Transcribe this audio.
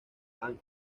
and